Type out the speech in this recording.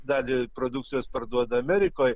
dalį produkcijos parduodama amerikoj